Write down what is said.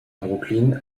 brooklyn